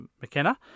McKenna